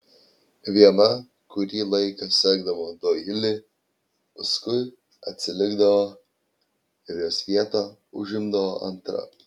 viena kurį laiką sekdavo doilį paskui atsilikdavo ir jos vietą užimdavo antra